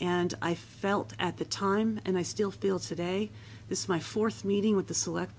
and i felt at the time and i still feel today this is my fourth meeting with the select